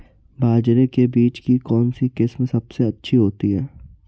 बाजरे के बीज की कौनसी किस्म सबसे अच्छी होती है?